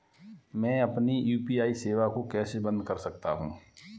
मैं अपनी यू.पी.आई सेवा को कैसे बंद कर सकता हूँ?